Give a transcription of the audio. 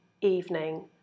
evening